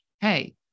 hey